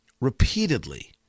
repeatedly